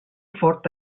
fort